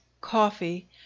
coffee